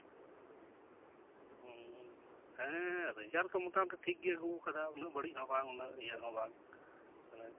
ᱦᱮᱸᱻ ᱨᱮᱡᱟᱞ ᱛᱚ ᱢᱚᱴᱟᱢᱩᱴᱟ ᱴᱷᱤᱠᱜᱮᱭ ᱟᱜᱩ ᱟᱠᱟᱫᱟᱭ ᱩᱱᱟᱹᱜ ᱵᱟᱹᱲᱤᱡ ᱦᱚᱸ ᱵᱟᱝ ᱩᱱᱟᱹᱜ ᱤᱭᱟᱹ ᱦᱚᱸ ᱵᱟᱝ ᱵᱚᱞᱮ